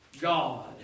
God